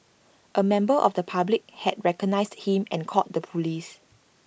A member of the public had recognised him and called the Police